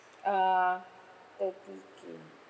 uh thirty K